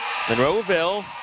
Monroeville